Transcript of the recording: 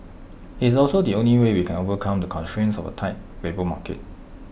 IT is also the only way we can overcome the constraints of A tight labour market